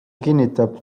kinnitab